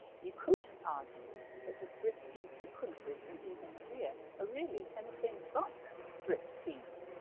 you could argue that the striptease sequences in viva maria are really anything but striptease.